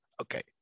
Okay